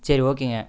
சரி ஓகேங்க